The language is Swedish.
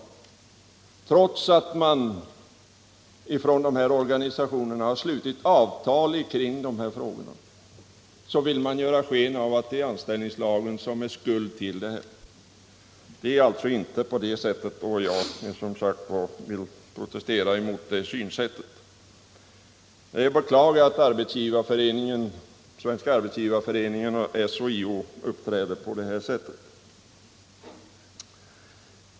Och trots att man från de här organisationernas sida slutit avtal kring dessa frågor vill man ge sken av att anställningslagen är skuld till detta. Jag vill protestera mot det synsättet, för det är inte på det sättet. Det är att beklaga att Svenska arbetsgivareföreningen och SHIO uppträder på detta sätt.